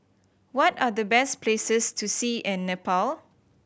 what are the best places to see in Nepal